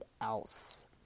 else